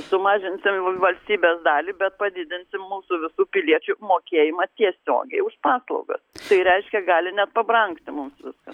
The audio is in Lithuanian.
sumažinsim valstybės dalį bet padidinsim mūsų visų piliečių mokėjimą tiesiogiai už paslaugas tai reiškia gali net pabrangti mums viska